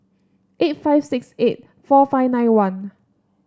eight five six eight four five nine one